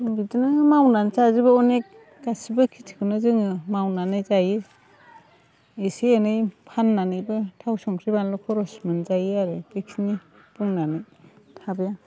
जों बिदिनो मावनानै जाजोबो अनेख गासिबो खेथिखौनो जोङो मावनानै जायो एसे एनै फाननानैबो थाव संख्रि बानलु खरस मोनजायो आरो बेखिनि बुंनानै थाबाय आं